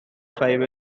five